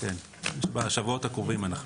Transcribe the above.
כן, בשבועות הקרובים.